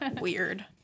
weird